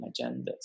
agendas